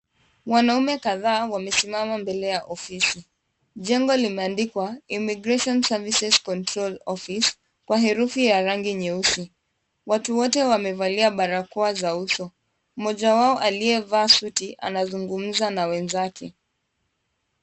Wanaume kadhaa wamesimama mbele ya ofisi, jengo limeandikwa, immigration services control office. Kwa herufi ya rangi nyeusi. Watu wote wamevalia barakoa za uso, mmoja wao aliyevaa suti, anazungumza na wenzake.